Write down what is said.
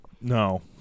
No